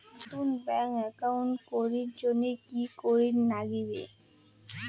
নতুন bank account করির জন্যে কি করিব নাগিবে?